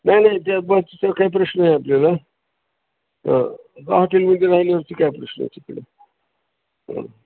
नाही नाही त्याचं काय प्रश्न आहे आपल्याला हॉटेलमध्ये राहिल्यावरती काय प्रश्न तिकडे ह